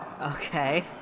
Okay